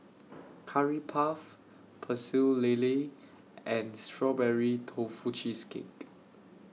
Curry Puff Pecel Lele and Strawberry Tofu Cheesecake